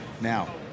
Now